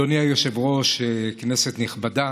אדוני היושב-ראש, כנסת נכבדה,